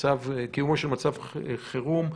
לקיומו של מצב חירום.